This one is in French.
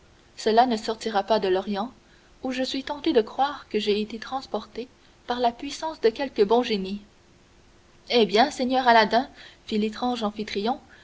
cela ne nous sortira pas de l'orient où je suis tenté de croire que j'ai été transporté par la puissance de quelque bon génie eh bien seigneur aladin fit l'étrange